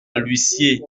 l’huissier